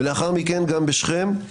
ולאחר מכן גם בשכם.